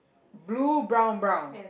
blue brown brown